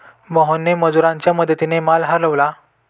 मोहनने मजुरांच्या मदतीने माल हलवला